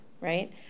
right